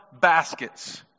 baskets